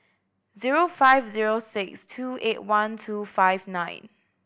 zero five zero six two eight one two five nine